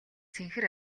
цэнхэр